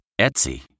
Etsy